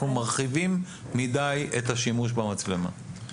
אנחנו מרחיבים יותר מדי את השימוש במצלמות.